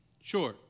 sure